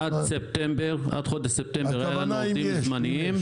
עד חודש ספטמבר היו לנו עובדים זמניים,